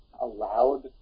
allowed